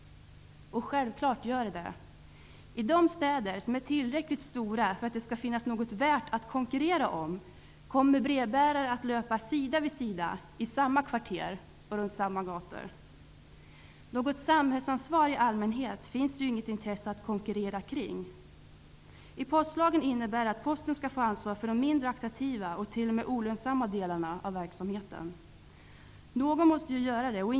Självfallet gör den det. I de städer som är tillräckligt stora för att det skall finnas något som är värt att konkurrera om kommer brevbärare att löpa sida vid sida, i samma kvarter och runt samma gator. Något samhällsansvar i allmänhet finns det ju inget intresse att konkurrera kring. Postlagen innebär att Posten skall få ansvar för de mindre attraktiva och t.o.m. olönsamma delarna av verksamheten. Någon måste ju ta det ansvaret.